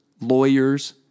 lawyers